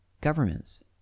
governments